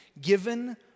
given